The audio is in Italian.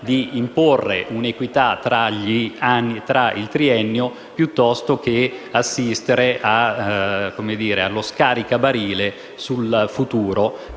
di imporre un'equità nell'ambito del triennio piuttosto che assistere allo scaricabarile sul futuro.